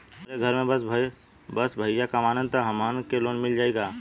हमरे घर में बस भईया कमान तब हमहन के लोन मिल जाई का?